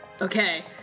Okay